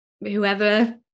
whoever